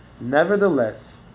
nevertheless